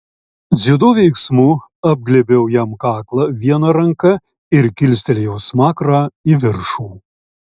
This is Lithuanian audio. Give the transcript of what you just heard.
dziudo veiksmu apglėbiau jam kaklą viena ranka ir kilstelėjau smakrą į viršų